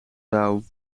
dauw